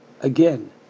Again